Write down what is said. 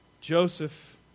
Joseph